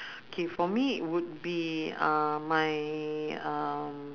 K for me would be uh my um